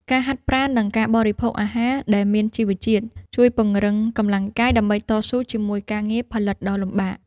ការហាត់ប្រាណ និងការបរិភោគអាហារដែលមានជីវជាតិ ជួយពង្រឹងកម្លាំងកាយដើម្បីតស៊ូជាមួយការងារផលិតដ៏លំបាក។